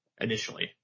initially